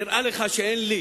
נראה לך שאין לי